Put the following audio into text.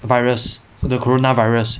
virus the coronavirus